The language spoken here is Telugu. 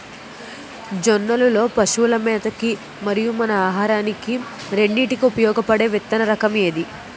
జొన్నలు లో పశువుల మేత కి మరియు మన ఆహారానికి రెండింటికి ఉపయోగపడే విత్తన రకం ఏది?